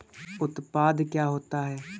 उत्पाद क्या होता है?